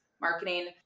marketing